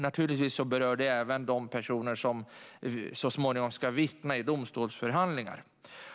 Naturligtvis berör detta även de personer som så småningom ska vittna i domstolsförhandlingar.